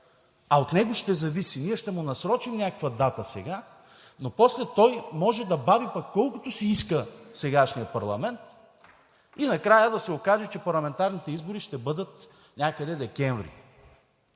А от него ще зависи, ние ще му насрочим някаква дата сега, но после той може да бави колкото си иска сегашния парламент и накрая да се окаже, че парламентарните избори ще бъдат някъде през декември.